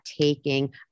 taking